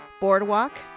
Boardwalk